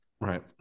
Right